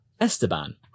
Esteban